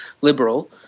liberal